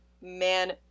man